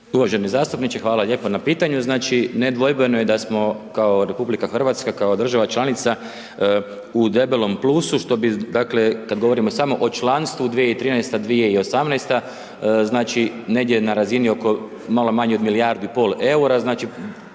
Uvaženi zastupniče, hvala lijepo na pitanju. Znači, nedvojbeno je da smo, kao RH, kao država članica u debelom plusu, što bi, dakle, kad govorimo samo o članstvu 2013.-2018., znači negdje na razini oko malo manje od milijardu i pol eura,